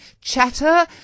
chatter